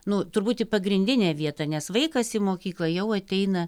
nu turbūt į pagrindinę vietą nes vaikas į mokyklą jau ateina